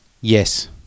Yes